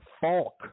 Falk